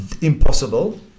impossible